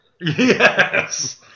Yes